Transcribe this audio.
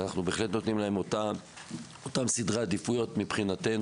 ואנחנו בהחלט נותנים להם את אותם סדרי עדיפויות מבחינתנו,